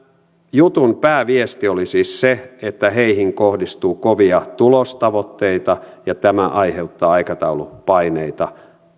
jutun pääviesti oli siis se että heihin kohdistuu kovia tulostavoitteita ja tämä aiheuttaa aikataulupaineita